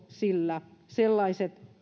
sillä sellaiset